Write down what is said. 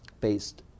based